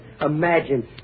imagine